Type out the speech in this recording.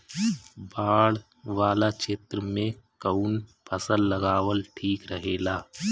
बाढ़ वाला क्षेत्र में कउन फसल लगावल ठिक रहेला?